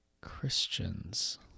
Christians